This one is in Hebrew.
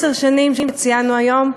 וציינו היום,